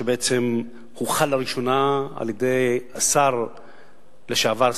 שבעצם הוחל לראשונה על-ידי השר לשעבר,